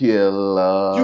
Killer